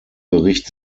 bericht